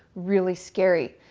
really scary.